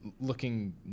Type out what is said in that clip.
Looking